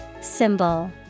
Symbol